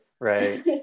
right